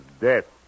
death